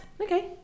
okay